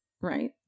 right